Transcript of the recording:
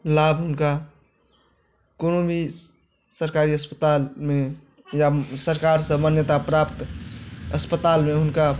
लाभ हुनका कोनो भी सरकारी अस्पतालमे या सरकारसँ मान्यता प्राप्त अस्पतालमे हुनका